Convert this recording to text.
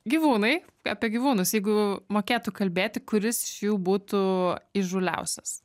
gyvūnai apie gyvūnus jeigu mokėtų kalbėti kuris iš jų būtų įžūliausias